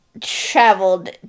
traveled